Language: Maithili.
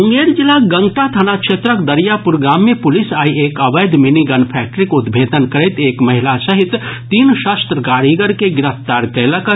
मुंगेर जिलाक गंगटा थाना क्षेत्रक दरियापुर गाम मे पुलिस आइ एक अवैध मिनी गन फैक्ट्रीक उद्भेदन करैत एक महिला सहित तीन शस्त्र कारीगर के गिरफ्तार कयलक अछि